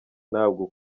ntabwo